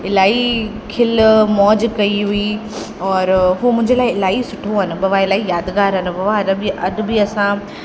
इलाही खिल मौज कई हुई और उहो मुंहिंजे लाइ इलाही सुठो अनुभव आहे इलाही यादगार अनुभव आहे अॼु बि असां